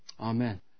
Amen